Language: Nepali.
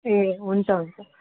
ए हुन्छ हुन्छ